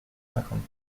cinquante